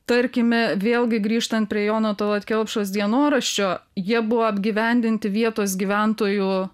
tarkime vėlgi grįžtant prie jono tallat kelpšos dienoraščio jie buvo apgyvendinti vietos gyventojų